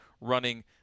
running